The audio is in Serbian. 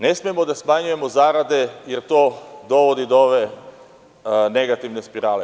Ne smemo da smanjujemo zarade, jer to dovodi do ove negativne spirale.